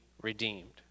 redeemed